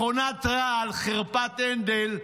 מכונת רעל, חרפת הנדל.